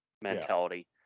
mentality